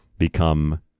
become